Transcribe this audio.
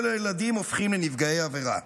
כל הילדים הופכים לנפגעי עבירה.